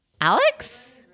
Alex